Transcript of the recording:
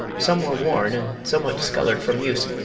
some were worn and somewhat discolored from use,